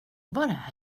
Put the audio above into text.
var